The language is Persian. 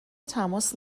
تماس